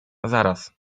zaraz